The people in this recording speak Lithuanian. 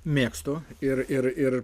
mėgstu ir ir ir